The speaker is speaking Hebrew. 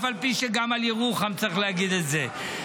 אף על פי שגם על ירוחם צריך להגיד את זה -- תגיד את זה.